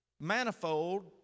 manifold